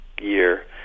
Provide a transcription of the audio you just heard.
year